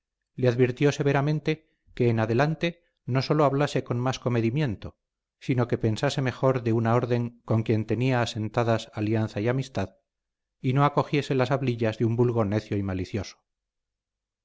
le advirtió severamente que en adelante no sólo hablase con más comedimiento sino que pensase mejor de una orden con quien tenía asentadas alianza y amistad y no acogiese las hablillas de un vulgo necio y malicioso